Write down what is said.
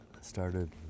started